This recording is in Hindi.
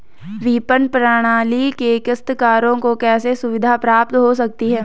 विपणन प्रणाली से काश्तकारों को कैसे सुविधा प्राप्त हो सकती है?